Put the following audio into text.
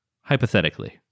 Hypothetically